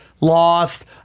lost